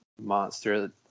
monster